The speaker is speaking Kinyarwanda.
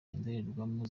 indorerwamo